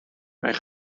mijn